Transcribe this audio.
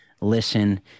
listen